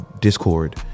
Discord